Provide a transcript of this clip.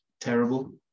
terrible